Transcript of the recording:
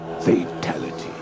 fatality